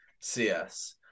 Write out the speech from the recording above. CS